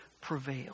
prevail